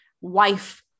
wife